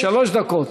שלוש דקות.